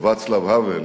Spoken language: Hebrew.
לוואצלב האוול,